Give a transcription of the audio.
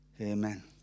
Amen